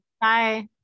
Bye